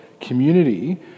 community